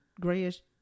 grayish